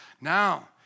Now